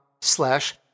slash